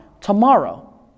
tomorrow